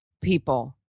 people